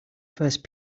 first